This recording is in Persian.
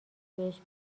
بهش